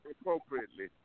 appropriately